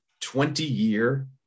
20-year